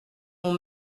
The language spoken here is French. mon